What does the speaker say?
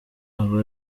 aba